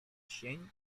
sień